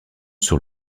sur